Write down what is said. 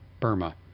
Burma